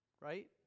Right